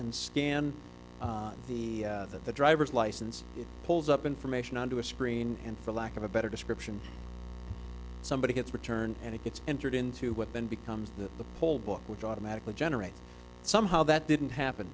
and scan the at the driver's license it pulls up information onto a screen and for lack of a better description somebody gets returned and it gets entered into what then becomes the poll book which automatically generated somehow that didn't happen